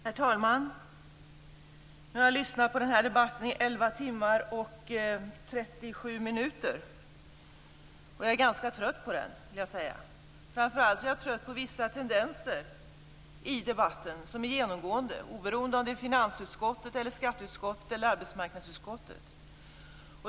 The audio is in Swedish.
Herr talman! Nu har jag lyssnat på denna debatt i 11 timmar och 37 minuter. Jag är ganska trött på den, vill jag säga. Framför allt är jag trött på vissa tendenser i debatten som är genomgående och oberoende av om diskussionen gäller finansutskottet, skatteutskottet eller arbetsmarknadsutskottet.